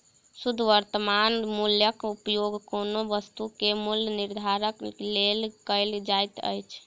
शुद्ध वर्त्तमान मूल्यक उपयोग कोनो वस्तु के मूल्य निर्धारणक लेल कयल जाइत अछि